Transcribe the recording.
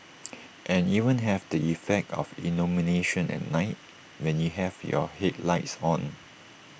and even have the effect of illumination at night when you have your headlights on